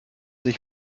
ich